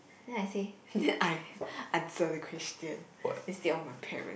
then I say I answer the question instead of my parent